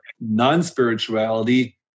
non-spirituality